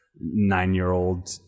nine-year-old